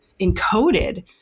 encoded